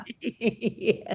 Yes